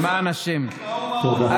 למען השם תודה.